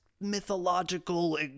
mythological